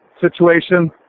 situation